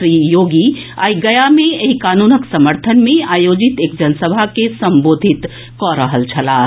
श्री योगी आइ गया मे एहि कानूनक समर्थन मे आयोजित एक जनसभा के संबोधित कऽ रहल छलाह